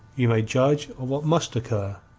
you may judge of what must occur.